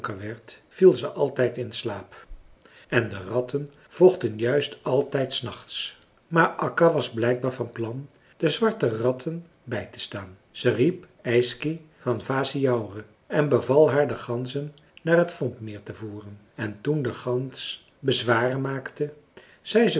viel ze altijd in slaap en de ratten vochten juist altijd s nachts maar akka was blijkbaar van plan de zwarte ratten bij te staan ze riep yksi van vassijaure en beval haar de ganzen naar het vombmeer te voeren en toen de gans bezwaren maakte zei